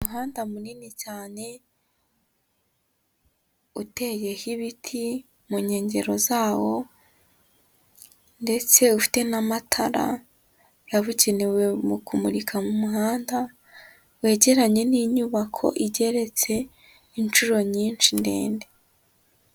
Umuhanda munini cyane, uteyeho ibiti mu nkengero zawo ndetse ufite n'amatara yabugenewe mu kumurika mu muhanda, wegeranye n'inyubako igeretse inshuro nyinshi ndende.